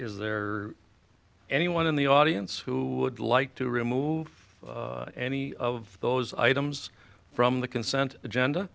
is there anyone in the audience who would like to remove any of those items from the consent agenda